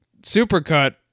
supercut